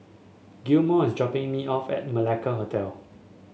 Gilmore is dropping me off at Malacca Hotel